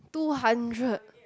two hundred